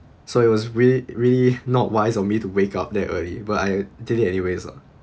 so it was rea~ really not wise of me to wake up that early but I did it anyways lah